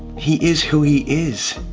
he is who he is.